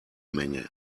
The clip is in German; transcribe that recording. menge